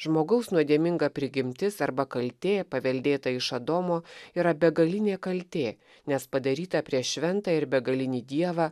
žmogaus nuodėminga prigimtis arba kaltė paveldėta iš adomo yra begalinė kaltė nes padaryta prieš šventą ir begalinį dievą